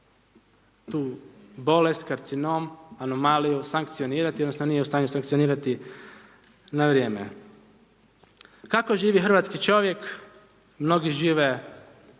tu bolest, karcinom, anomaliju sankcionirati, odnosno nije u stanju sankcionirati na vrijeme. Kako živi hrvatski čovjek, mnogi žive